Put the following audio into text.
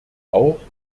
auch